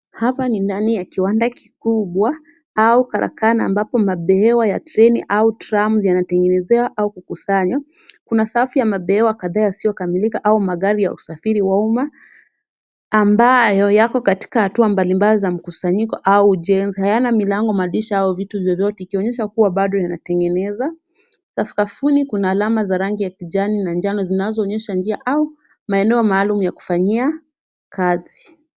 Hapa ni ndani ya kiwanda kikubwa au karakana ambapo mabehewa ya treni au tram yanatengenezewa au kukusanywa. Kuna safu ya mabehewa kadhaa yasiyo kamilika, au magari ya usafiri wa umma ambayo yako katika hatua mbalimbali za mkusanyiko au ujenzi. Hayana milango, madirisha au vitu vyovyote, ikionyesha kuwa bado yanatengenezwa. Sakafuni kuna alama za rangi ya kijani na njano zinazoonyesha njia au maeneo maalum ya kufanyia kazi.